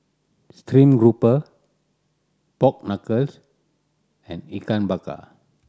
stream grouper pork knuckle and Ikan Bakar